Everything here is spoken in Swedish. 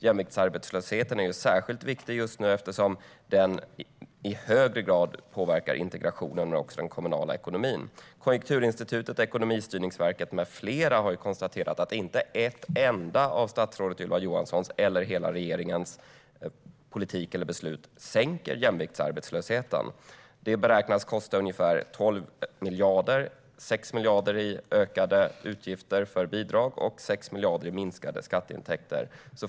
Jämviktsarbetslösheten är särskilt viktig just nu eftersom den i högre grad påverkar integrationen och den kommunala ekonomin. Konjunkturinstitutet, Ekonomistyrningsverket med flera har konstaterat att inte ett enda av statsrådet Ylva Johanssons, eller hela regeringens, politiska beslut sänker jämviktsarbetslösheten. De beräknas kosta ungefär 12 miljarder - 6 miljarder i ökade utgifter för bidrag och 6 miljarder i minskade skatteintäkter.